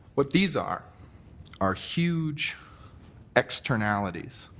what these are are huge externalities.